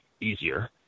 easier